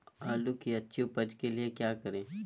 आलू की अच्छी उपज के लिए क्या करें?